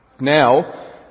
Now